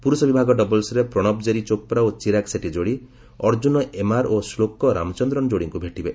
ପୁରୁଷ ବିଭାଗ ଡବଲ୍ସରେ ପ୍ରଣବ ଜେରି ଚୋପ୍ରା ଓ ଚିରାଗ ସେଟ୍ଟୀ ଯୋଡ଼ି ଅର୍ଜ୍ଜୁନ ଏମ୍ଆର୍ ଓ ଶ୍ଳୋକ ରାମଚନ୍ଦ୍ରନ୍ ଯୋଡ଼ିଙ୍କୁ ଭେଟିବେ